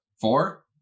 Four